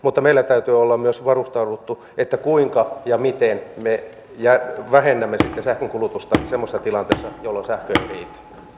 mutta meidän täytyy olla myös varustautuneita siihen kuinka ja miten me vähennämme sitten sähkönkulutusta semmoisessa tilanteessa jossa sähkö ei riitä